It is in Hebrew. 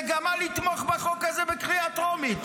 במגמה לתמוך בחוק הזה בקריאה טרומית.